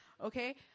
Okay